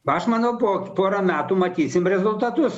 aš manau po porą metų matysim rezultatus